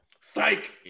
psych